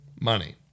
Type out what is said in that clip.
money